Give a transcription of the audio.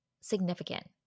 significant